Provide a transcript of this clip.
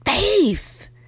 faith